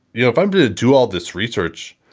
yeah if i'm to do all this research,